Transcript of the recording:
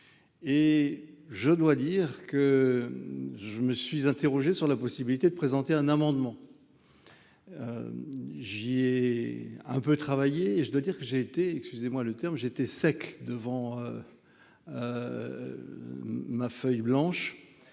et je dois dire que je me suis interrogé sur la possibilité de présenter un amendement j'ai un peu travaillé et je dois dire que j'ai été excusez-moi le terme, j'étais sec devant ma feuille blanche,